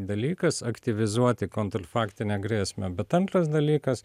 dalykas aktyvizuoti kontrfaktinę grėsmę bet antras dalykas